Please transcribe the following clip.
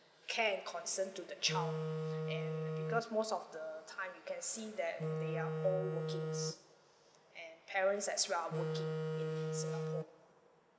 care and concern to the child and because most of the time you can see that they are all workings and parents as well are working in singapore